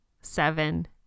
seven